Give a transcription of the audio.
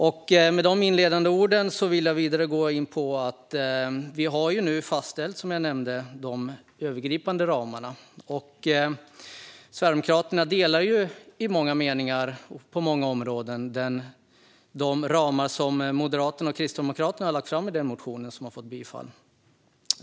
Efter de inledande orden går jag vidare in på att vi nu har fastställt de övergripande ramarna. Sverigedemokraterna delar på många områden de ramar som Moderaterna och Kristdemokraterna föreslog i den motion som har bifallits.